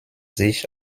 sich